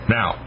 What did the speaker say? Now